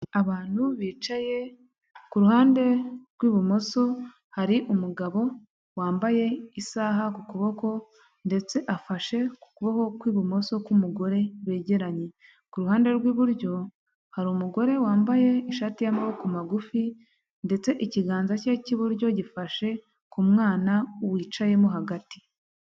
Abantu bicaye, ku ruhande rw'ibumoso hari umugabo wambaye isaha ku kuboko ndetse afashe ku kuboko kw'ibumoso k'umugore begeranye. Ku ruhande rw'iburyo, hari umugore wambaye ishati y'amaboko magufi ndetse ikiganza cye cy'iburyo gifashe ku mwana wicayemo hagati.